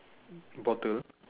bottle